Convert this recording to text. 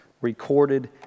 recorded